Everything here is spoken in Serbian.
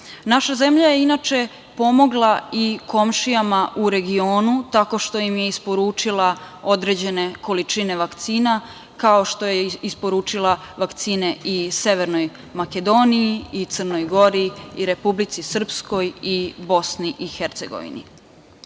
zemlja je inače pomogla i komšijama u regionu tako što im je isporučila određene količine vakcina, kao što je i isporučila vakcine i Severnoj Makedoniji i Crnog Gori i Republici Srpskoj i BiH.Po